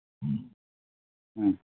ம் ம்